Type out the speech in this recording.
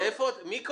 מי קבע?